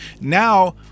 now